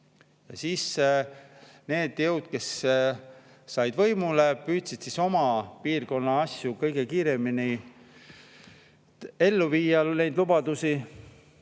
Siis need jõud, kes said võimule, püüdsid oma piirkonna asju kõige kiiremini ellu viia, neid lubadusi,